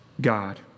God